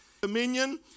Dominion